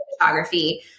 photography